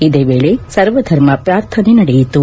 ಇದೇ ವೇಳಿ ಸರ್ವಧರ್ಮ ಪ್ರಾರ್ಥನೆ ನಡೆಯಿತು